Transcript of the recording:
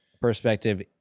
perspective